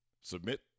Submit